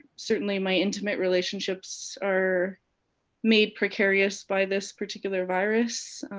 certainly, my intimate relationships are made precarious by this particular virus.